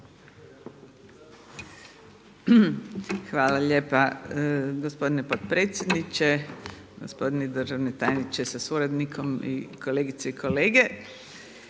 Hvala lijepo gospodine potpredsjedniče, gospodine državni tajniče sa suradnikom. Pa evo pred